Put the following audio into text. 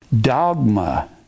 dogma